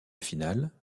finale